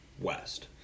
West